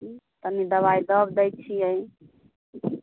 हूँ तनि दवाइ दऽ दै छियै